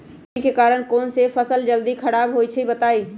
नमी के कारन कौन स फसल जल्दी खराब होई छई बताई?